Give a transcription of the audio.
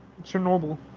Chernobyl